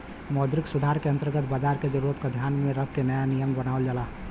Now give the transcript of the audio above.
मौद्रिक सुधार के अंतर्गत बाजार क जरूरत क ध्यान में रख के नया नियम बनावल जाला